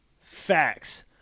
facts